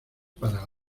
para